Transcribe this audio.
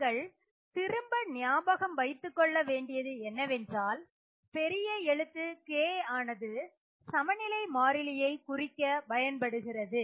நீங்கள் திரும்ப ஞாபகம் வைத்துக்கொள்ள வேண்டியது என்னவென்றால் பெரிய எழுத்து K ஆனது சமநிலை மாறிலியை குறிக்க பயன்படுகிறது